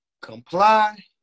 Comply